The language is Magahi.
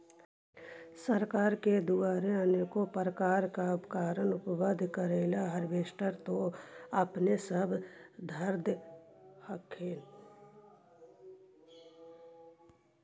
सरकार के द्वारा अनेको प्रकार उपकरण उपलब्ध करिले हारबेसटर तो अपने सब धरदे हखिन?